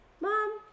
Mom